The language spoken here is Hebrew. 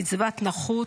קצבת נכות,